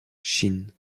chine